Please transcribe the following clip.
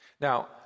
Now